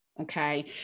okay